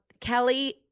Kelly